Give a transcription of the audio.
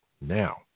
Now